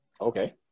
okay